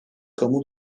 kamu